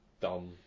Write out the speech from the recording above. dumb